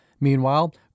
Meanwhile